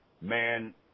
man